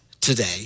today